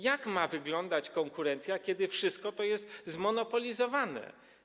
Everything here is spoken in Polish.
Jak ma wyglądać konkurencja, kiedy to wszystko jest zmonopolizowane?